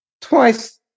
twice